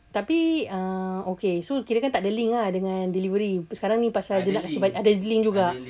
tapi uh okay so kirakan takde link ah dengan delivery sekarang ni pasal dia nak ada link juga